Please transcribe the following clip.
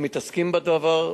הם מתעסקים בדבר,